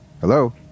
Hello